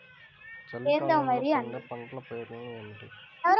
చలికాలంలో పండే పంటల పేర్లు ఏమిటీ?